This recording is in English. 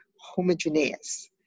homogeneous